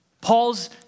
Paul's